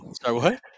Sorry